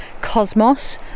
cosmos